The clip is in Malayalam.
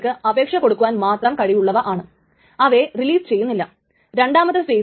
ട്രാൻസാക്ഷൻ 2 ഇത് രണ്ടിനെയും എഴുതി അപ്പോൾ ഇതാണ് ഏറ്റവും വലിയ ടൈം സ്റ്റാമ്പ്